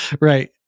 Right